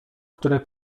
które